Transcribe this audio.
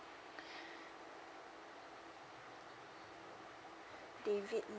david